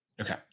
Okay